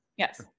Yes